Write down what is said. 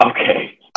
Okay